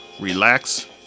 relax